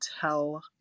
tell